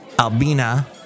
Albina